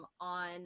On